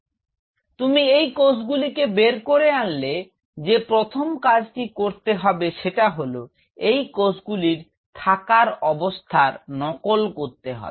তো তুমি এই কোষগুলিকে বের করে আনলে যে প্রথম কাজটি করতে হবে সেটা হল এখানে কোষগুলি থাকার অবস্থার নকল করতে হবে